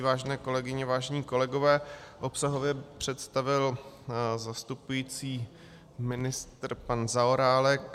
Vážené kolegyně, vážení kolegové, obsahově představil zastupující ministr pan Zaorálek.